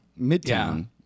midtown